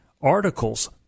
articles